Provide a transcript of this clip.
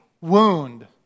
wound